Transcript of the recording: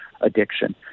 addiction